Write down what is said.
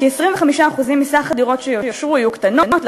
כי 25% מסך הדירות שיאושרו יהיו קטנות,